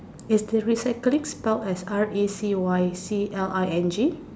is the recycling spelled as R E C Y C L I N G